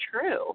true